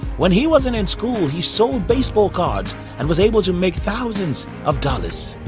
when he wasn't in school, he sold baseball cards and was able to make thousands of dollars.